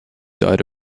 died